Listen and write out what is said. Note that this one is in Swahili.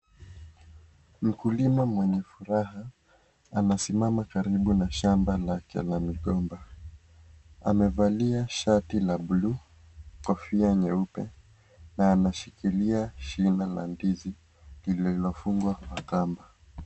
Mkulima mwenye furaha anasimama karibu na shamba lake la migomba. Amevalia shati la buluu, kofia nyeupe na anashikilia shine la ndizi lililofungwa kwa kamba.